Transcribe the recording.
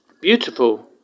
beautiful